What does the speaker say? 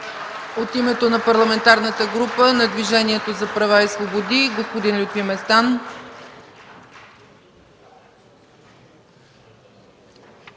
От името на Парламентарната група на Движението за права и свободи – господин Лютви Местан.